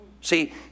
See